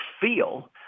feel